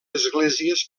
esglésies